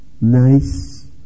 nice